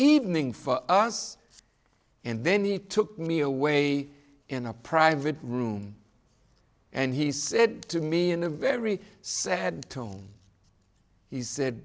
evening for us and then he took me away in a private room and he said to me in a very sad tone he said